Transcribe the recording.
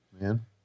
man